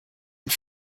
und